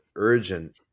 urgent